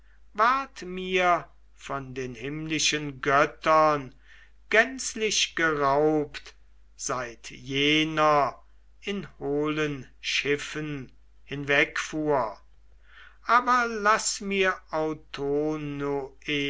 mir von den himmlischen göttern gänzlich geraubt seit jener in hohlen schiffen hinwegfuhr aber laß mir